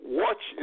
watch